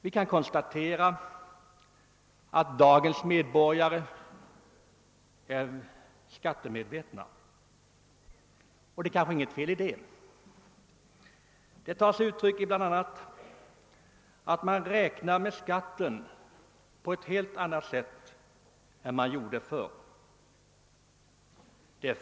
Vi kan konstatera att dagens medborgare är skattemedvetna, och det är kanske inget fel i det. Det tar sig uttryck bl.a. i att man räknar med 'skatten på ett helt annat sätt än man gjorde förr.